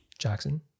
jackson